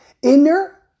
Inner